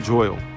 Joel